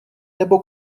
nebo